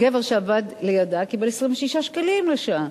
גבר שעבד לידה קיבל 26 שקלים לשעה.